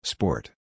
Sport